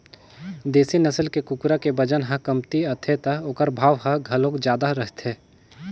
देसी नसल के कुकरा के बजन ह कमती आथे त ओखर भाव ह घलोक जादा रहिथे